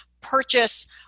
purchase